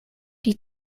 die